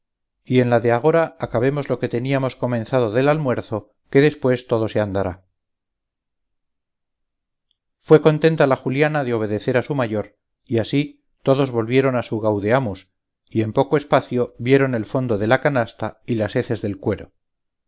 y en la de agora acabemos lo que teníamos comenzado del almuerzo que después todo se andará fue contenta la juliana de obedecer a su mayor y así todos volvieron a su gaudeamus y en poco espacio vieron el fondo de la canasta y las heces del cuero